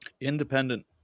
independent